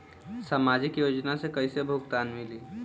सामाजिक योजना से कइसे भुगतान मिली?